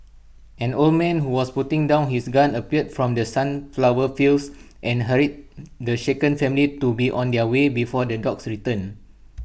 an old man who was putting down his gun appeared from the sunflower fields and hurried the shaken family to be on their way before the dogs return